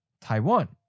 Taiwan